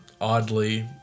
oddly